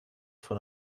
von